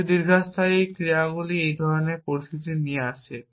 কিন্তু দীর্ঘস্থায়ী ক্রিয়াগুলি এই ধরণের পরিস্থিতি নিয়ে আসে